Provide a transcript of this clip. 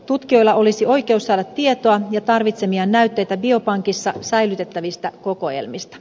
tutkijoilla olisi oikeus saada tietoa ja tarvitsemiaan näytteitä biopankissa säilytettävistä kokoelmista